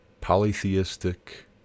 polytheistic